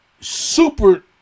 super